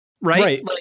right